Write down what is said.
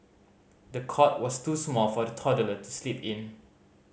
the cot was too small for the toddler to sleep in